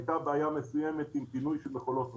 הייתה בעיה מסוימת עם פינוי של מכולות ריקות,